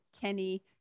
Kenny